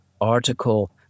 article